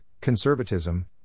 conservatism